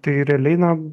tai realiai na